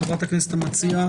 לחברת הכנסת המציעה.